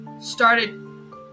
started